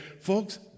folks